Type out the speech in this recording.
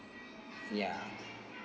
ya